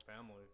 family